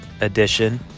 edition